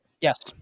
Yes